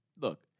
look